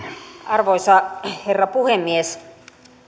arvoisa herra puhemies